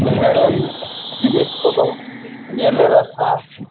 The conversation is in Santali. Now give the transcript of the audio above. ᱦᱮᱲᱮᱢ ᱡᱤᱱᱤᱥ ᱠᱚᱫᱚ ᱧᱮᱞᱮ ᱨᱟᱥᱟ